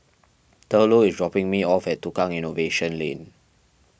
Thurlow is dropping me off at Tukang Innovation Lane